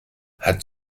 hat